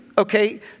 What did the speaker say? Okay